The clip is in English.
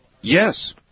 Yes